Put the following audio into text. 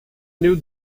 new